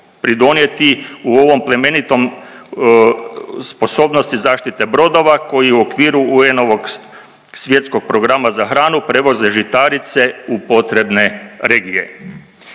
pridonijeti u ovom plemenitom sposobnosti zaštite brodova koji je u okviru UN-ovog Svjetskog programa za hranu prevoze žitarice u potrebne regije.